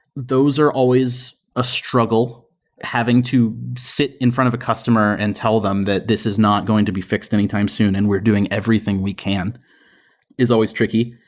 those are always a struggle having to sit in front of a customer and tell them that this is not going to be fixed anytime soon and we're doing everything we can is always tricky.